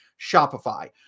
Shopify